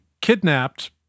kidnapped